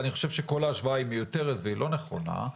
אני חושב שכל השוואה מיותרת ולא נכונה,